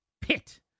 pit